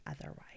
otherwise